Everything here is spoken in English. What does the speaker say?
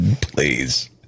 please